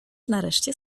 nareszcie